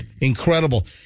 incredible